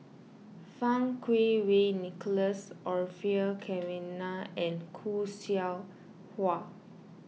Fang Kuo Wei Nicholas Orfeur Cavenagh and Khoo Seow Hwa